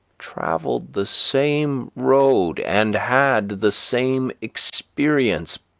travelled the same road and had the same experience